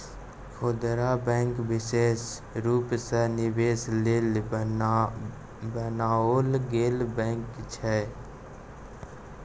खुदरा बैंक विशेष रूप सँ निवेशक लेल बनाओल गेल बैंक छै